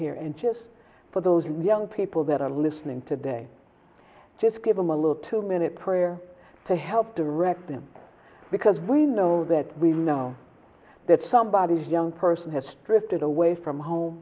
here and just for those young people that are listening today just give them a little two minute prayer to help direct them because we know that we know that somebody is young person has stripped it away from home